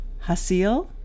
Hasil